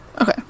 okay